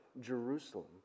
Jerusalem